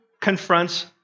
confronts